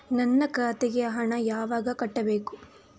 ನನ್ನ ಖಾತೆಗೆ ಹಣ ಯಾವಾಗ ಕಟ್ಟಬೇಕು?